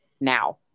now